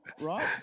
right